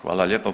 Hvala lijepo.